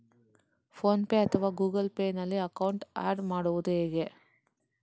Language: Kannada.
ಫೋನ್ ಪೇ ಅಥವಾ ಗೂಗಲ್ ಪೇ ನಲ್ಲಿ ಅಕೌಂಟ್ ಆಡ್ ಮಾಡುವುದು ಹೇಗೆ?